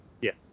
Yes